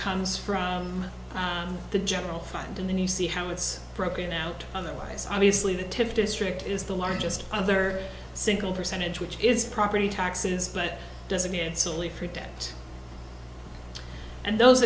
comes from the general fund and then you see how it's broken out otherwise obviously the tip district is the largest other single percentage which is property taxes but it doesn't mean it's only for debt and those